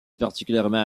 particulièrement